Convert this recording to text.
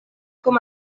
com